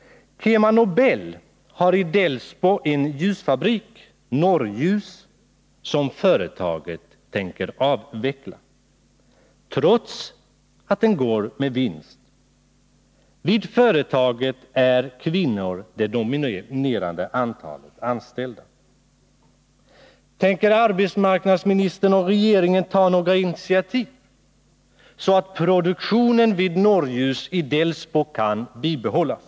KemaNobel har i Delsbo en ljusfabrik, Norrljus, som företaget tänker avveckla trots att den går med vinst. Vid företaget är det dominerande antalet anställda kvinnor. Tänker arbetsmarknadsministern ta några initiativ så att produktionen vid Norrljus i Delsbo kan bibehållas?